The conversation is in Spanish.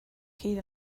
hill